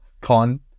con